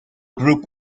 group